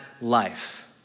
life